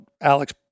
Alex